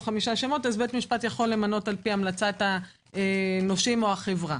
חמישה שמות בית משפט יכול למנות לפי המלצת הנושים או החברה.